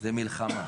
זה מלחמה,